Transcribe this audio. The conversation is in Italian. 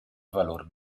valor